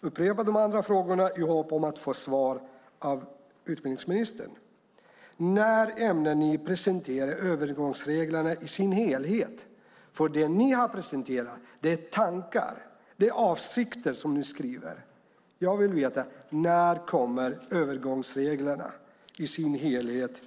upprepa de andra frågorna i hopp om att få svar av utbildningsministern. När ämnar ni presentera övergångsreglerna i sin helhet? Det ni har presenterat är tankar och avsikter. Jag vill veta: När kommer övergångsreglerna konkret i sin helhet?